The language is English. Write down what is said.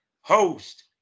host